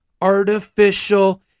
Artificial